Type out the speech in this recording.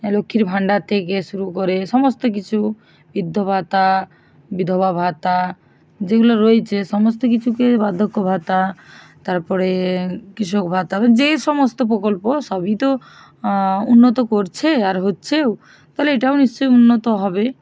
লক্ষ্মীর ভাণ্ডার থেকে শুরু করে সমস্ত কিছু বৃদ্ধ ভাতা বিধবা ভাতা যেগুলো রয়েছে সমস্ত কিছুকে বার্ধক্য ভাতা তারপরে কৃষক ভাতা যে সমস্ত প্রকল্প সবই তো উন্নত করছে আর হচ্ছেও তাহলে এটাও নিশ্চয়ই উন্নত হবে